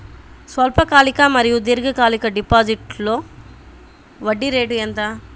స్వల్పకాలిక మరియు దీర్ఘకాలిక డిపోజిట్స్లో వడ్డీ రేటు ఎంత?